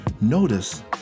Notice